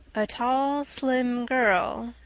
a tall, slim girl,